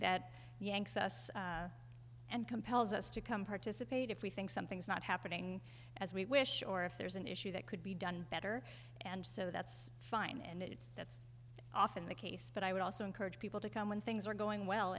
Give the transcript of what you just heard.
that yanks us and compels us to come participate if we think something's not happening as we wish or if there's an issue that could be done better and so that's fine and that's often the case but i would also encourage people to come when things are going well